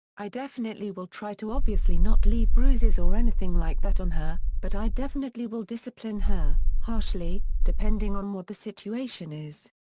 i definitely will try to obviously not leave bruises or anything like that on her, but i definitely will discipline her, harshly, depending on what the situation is.